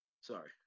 Sorry